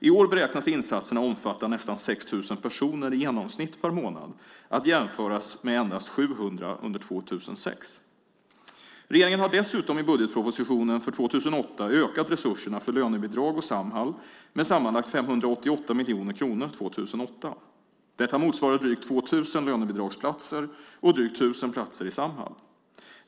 I år beräknas insatserna omfatta nästan 6 000 personer i genomsnitt per månad, att jämföra med endast 700 under 2006. Regeringen har dessutom i budgetpropositionen för 2008 ökat resurserna för lönebidrag och Samhall med sammanlagt 588 miljoner kronor 2008. Detta motsvarar drygt 2 000 lönebidragsplatser och drygt 1 000 platser i Samhall.